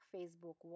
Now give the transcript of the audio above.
Facebook